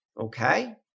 Okay